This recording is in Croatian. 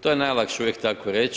to je najlakše uvijek tako reći.